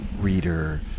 reader